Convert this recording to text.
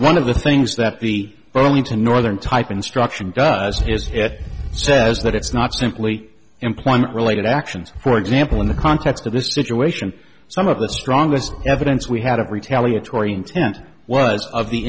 one of the things that the burlington northern type instruction does says that it's not simply employment related actions for example in the context of this situation some of the strongest evidence we had of retaliatory intent was of the